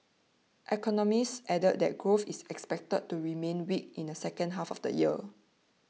economists added that growth is expected to remain weak in the second half of the year